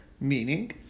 Meaning